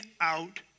out